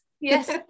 Yes